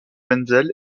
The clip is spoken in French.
wenzel